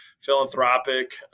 philanthropic